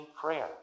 prayer